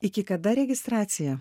iki kada registracija